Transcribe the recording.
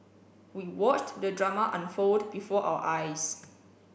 we watched the drama unfold before our eyes